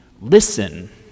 listen